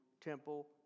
temple